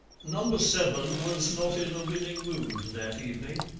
number seven was not in a winning mood that evening.